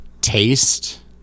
taste